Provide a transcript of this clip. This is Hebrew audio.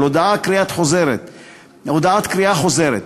recall, "הודעת קריאה חוזרת".